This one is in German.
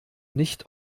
nicht